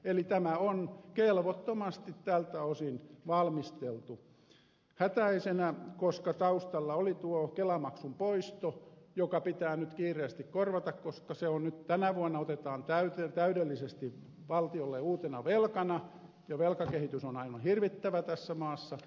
eli tämä on kelvottomasti tältä osin valmisteltu hätäisenä koska taustalla oli tuo kelamaksun poisto joka pitää nyt kiireesti korvata koska se nyt tänä vuonna otetaan täydellisesti valtiolle uutena velkana ja velkakehitys on aivan hirvittävä tässä maassa